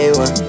one